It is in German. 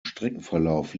streckenverlauf